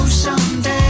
someday